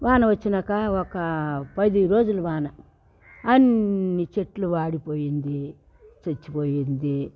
వాన వచ్చినాక ఒక పది రోజులు వాన అన్ని చెట్లు వాడిపోయింది చచ్చిపోయింది